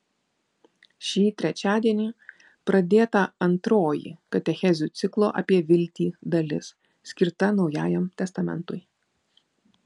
šį trečiadienį pradėta antroji katechezių ciklo apie viltį dalis skirta naujajam testamentui